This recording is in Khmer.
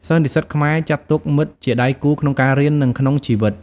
សិស្សនិស្សិតខ្មែរចាត់ទុកមិត្តជាដៃគូក្នុងការរៀន និងក្នុងជីវិត។